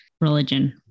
religion